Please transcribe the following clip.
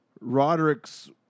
Roderick's